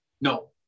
No